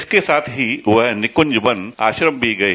इसके साथ ही वह निकुंज वन आश्रम भी गए